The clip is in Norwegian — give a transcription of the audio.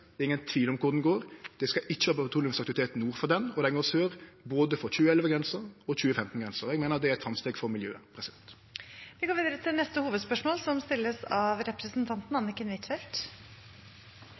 Det er ingen tvil om kvar ho går. Det skal ikkje vere petroleumsaktivitet nord for ho, og ho går sør for både 2011-grensa og 2015-grensa. Eg meiner at det er eit framsteg for miljøet. Vi går videre til neste hovedspørsmål. Den 8. mai skal vi feire at det er 75 år siden frigjøringen av